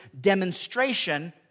demonstration